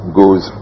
goes